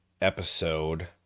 episode